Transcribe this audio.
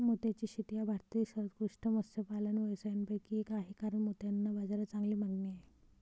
मोत्याची शेती हा भारतातील सर्वोत्कृष्ट मत्स्यपालन व्यवसायांपैकी एक आहे कारण मोत्यांना बाजारात चांगली मागणी आहे